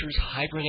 hibernate